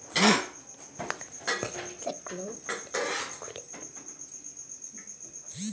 మూర్రాజాతి వినుగోడ్లు, జెర్సీ ఆవులు ఈ గడ్డిని బాగా తింటాయి